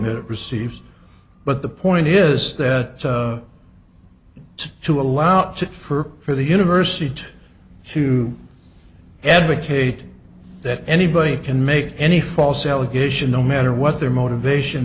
it receives but the point is that it's to allow for for the university to to advocate that anybody can make any false allegation no matter what their motivation